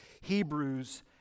Hebrews